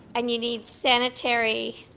and you need sanitary